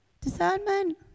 Discernment